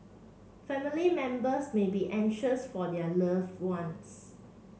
family members may be anxious for their love ones